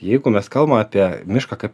jeigu mes kalbam apie mišką kaip